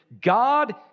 God